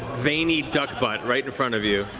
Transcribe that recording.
veiny duck butt right in front of you.